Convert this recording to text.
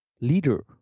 leader